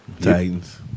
Titans